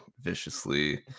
viciously